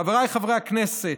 חבריי חברי הכנסת,